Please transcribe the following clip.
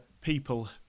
people